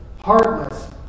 heartless